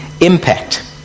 impact